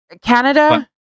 Canada